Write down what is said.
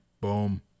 Boom